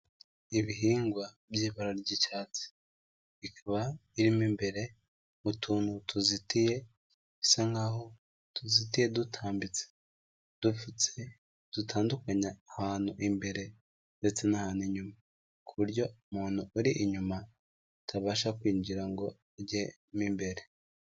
Ibihingwa by'ibara ry'icyatsi, bikaba birimo mu imbere mutuntu tuzitiye, bisa nkaho aho tuzitiye dutambitse, dupfutse dutandukanya ahantu imbere ndetse n'ahantu inyuma, ku buryo umuntu uri inyuma atabasha kwinjira ngo ajye mu imbere.